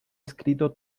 escrito